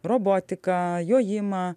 robotiką jojimą